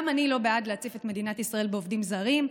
גם אני לא בעד להציף את מדינת ישראל בעובדים זרים,